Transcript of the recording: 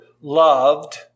loved